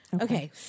Okay